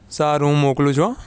સારું હું મોકલું છું હો